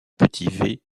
petit